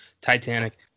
titanic